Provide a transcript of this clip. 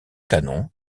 canon